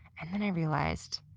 and then i realized,